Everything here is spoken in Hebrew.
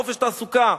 חופש תעסוקה,